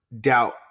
doubt